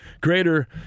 greater